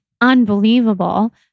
unbelievable